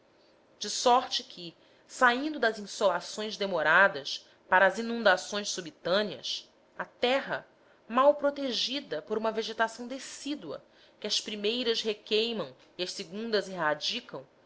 de sorte que saindo das insolações demoradas para as inundações subitâneas a terra mal protegida por uma vegetação decídua que as primeiras requeimam e as segundas erradicam se